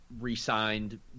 re-signed